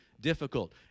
difficult